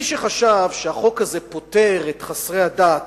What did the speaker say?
מי שחשב שהחוק הזה פוטר את חסרי הדת